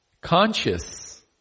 Conscious